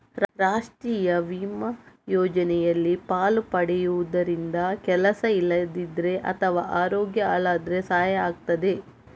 ರಾಷ್ಟೀಯ ವಿಮಾ ಯೋಜನೆಯಲ್ಲಿ ಪಾಲು ಪಡೆಯುದರಿಂದ ಕೆಲಸ ಇಲ್ದಿದ್ರೆ ಅಥವಾ ಅರೋಗ್ಯ ಹಾಳಾದ್ರೆ ಸಹಾಯ ಆಗ್ತದೆ